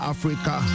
Africa